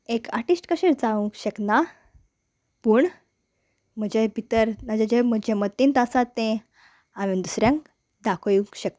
एक आर्टिस्ट कशें जावंक शकना पूण म्हजे भितर ताजें जे म्हजे मतींत आसा तें हांवें दुसऱ्यांक दाखोयवंक शकता